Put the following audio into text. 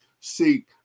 seek